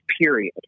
period